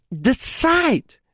decide